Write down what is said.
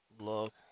look